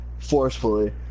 forcefully